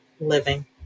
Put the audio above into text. living